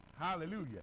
hallelujah